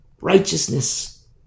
Righteousness